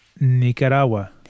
Nicaragua